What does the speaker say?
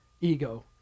ego